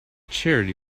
charity